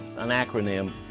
an acronym,